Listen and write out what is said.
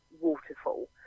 waterfall